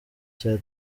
cya